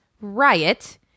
Riot